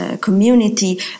community